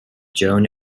joan